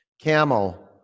Camel